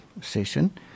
session